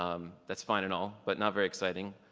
um that's fine and all but not very exciting.